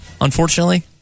unfortunately